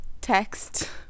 Text